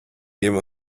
game